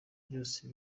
byose